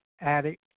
addict